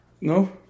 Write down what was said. No